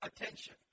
attention